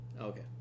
Okay